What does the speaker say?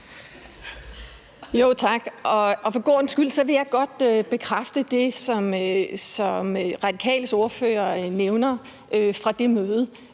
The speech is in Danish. Tak. For god ordens skyld vil jeg godt bekræfte det, som Radikales ordfører nævner fra det møde,